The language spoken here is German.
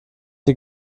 die